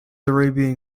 arabian